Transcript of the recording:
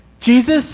Jesus